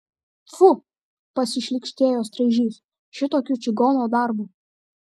pfu pasišlykštėjo straižys šitokiu čigono darbu